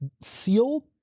SEAL